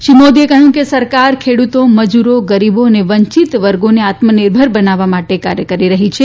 શ્રી મોદીએ કહ્યું કે સરકાર ખેડૂતો મજૂરો ગરીબો અને વંચિત વર્ગોને આત્મનિર્ભર બનાવવા માટે કાર્ય કરી રહી છે